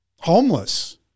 homeless